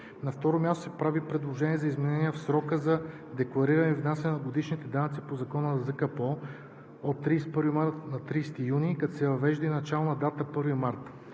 На второ място се прави предложение за изменение в срока за деклариране и внасяне на годишните данъци по реда на ЗКПО от 31 март на 30 юни, като се въвежда и начална дата 1 март.